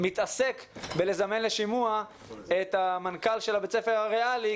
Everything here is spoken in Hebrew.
מתעסק בזימון לשימוע של מנכ"ל בית הספר הריאלי,